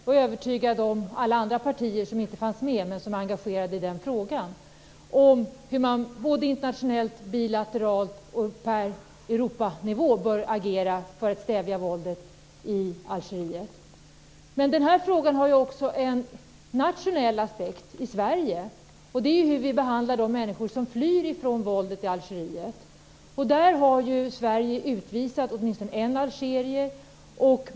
Jag är övertygad om att de partier som inte fanns med men som är engagerade i den frågan också skulle ha varit överens med oss om hur man bör agera internationellt, bilateralt och på Europanivå för att stävja våldet i Algeriet. Frågan har också en nationell aspekt i Sverige. Det gäller hur vi behandlar de människor som flyr från våldet i Algeriet. Sverige har utvisat åtminstone en algerier.